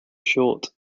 short